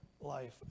life